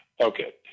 Okay